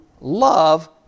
love